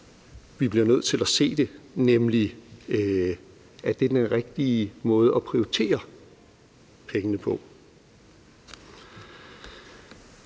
vi bliver nødt til at se det, nemlig om det er den rigtige måde at prioritere pengene på.